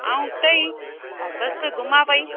आउं हुते ई बसि घुमां पई